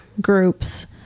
groups